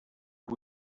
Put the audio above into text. per